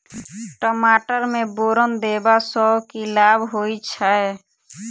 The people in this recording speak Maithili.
टमाटर मे बोरन देबा सँ की लाभ होइ छैय?